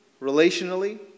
relationally